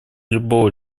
любого